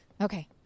Okay